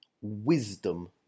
wisdom